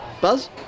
Buzz